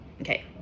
Okay